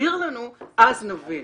תסביר לנו אז אנחנו נבין.